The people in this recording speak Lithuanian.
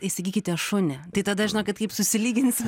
įsigykite šunį tai tada žinokit kaip susilyginsi